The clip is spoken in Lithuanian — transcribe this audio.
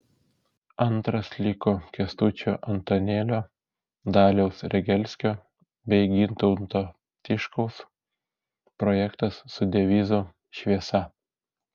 antras liko kęstučio antanėlio daliaus regelskio bei gintauto tiškaus projektas su devizu šviesa